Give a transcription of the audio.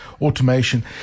automation